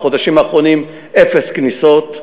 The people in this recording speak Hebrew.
בחודשים האחרונים אפס כניסות,